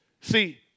See